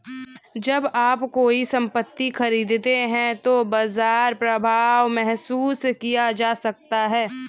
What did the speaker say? जब आप कोई संपत्ति खरीदते हैं तो बाजार प्रभाव महसूस किया जा सकता है